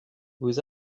vous